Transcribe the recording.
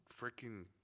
freaking